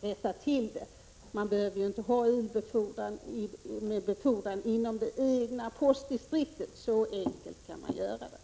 Rätta till det! Man behöver ju inte tillämpa ilbefordran inom det egna postdistriktet eftersom posten kommer fram lika snabbt ändå. Så enkelt går frågan att lösa.